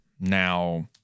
Now